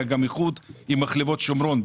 היה איחוד עם מחלבות שומרון.